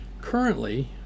currently